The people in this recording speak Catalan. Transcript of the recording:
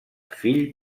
fill